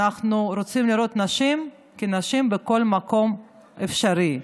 אנחנו רוצים לראות נשים כנשים בכל מקום אפשרי.